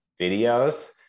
videos